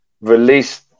released